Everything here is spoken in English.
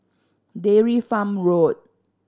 Dairy Farm Road